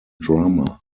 drummer